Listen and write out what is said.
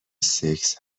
سکس